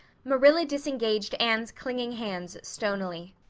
marilla disengaged anne's clinging hands stonily.